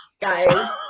guys